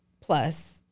plus